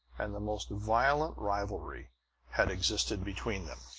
and the most violent rivalry had existed between them.